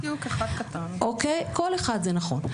קול אחד.